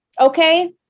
okay